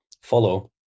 follow